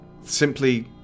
simply